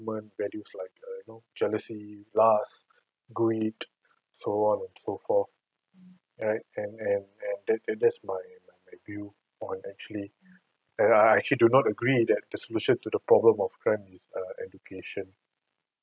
values like you know jealousy lust greed so on and so forth and and and and that that just my my my view on actually and I I actually do not agree that the solution to the problem of crime is uh education